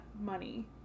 money